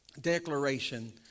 declaration